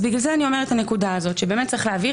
בגלל זה אני מציינת את הנקודה שצריך להבהיר,